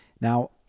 Now